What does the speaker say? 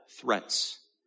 threats